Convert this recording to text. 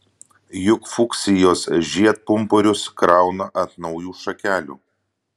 juk fuksijos žiedpumpurius krauna ant naujų šakelių